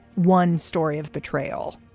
one story of betrayal.